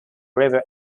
river